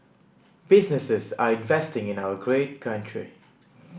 businesses are investing in our great country